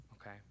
Okay